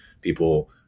people